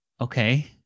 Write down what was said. Okay